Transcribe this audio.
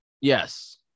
Yes